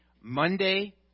Monday